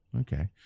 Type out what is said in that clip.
okay